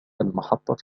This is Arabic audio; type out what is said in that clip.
المحطة